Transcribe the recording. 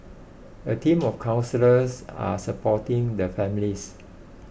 a team of counsellors are supporting the families